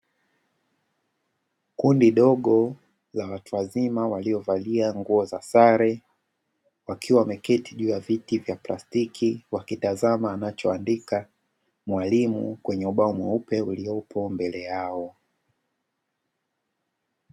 Kundi dogo la watu wazima waliovalia nguo za sare, wakiwa wameketi juu ya viti vya plastiki, wakitazama anachoandika mwalimu kwenye ubao mweupe uliopo mbele yao.